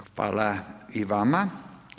Hvala i vama.